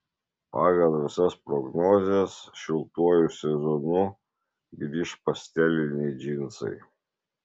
pagal visas prognozes šiltuoju sezonu grįš pasteliniai džinsai